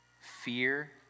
fear